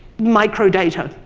microdata.